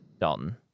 Dalton